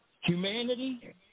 humanity